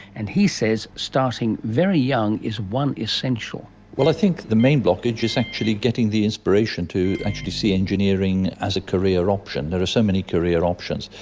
and he says starting very young is one essential. well, i think the main blockage is actually getting the inspiration to actually see engineering as a career option. there are so many career options.